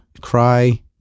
cry